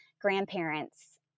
grandparents